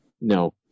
no